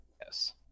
Yes